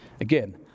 Again